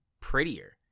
prettier